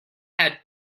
head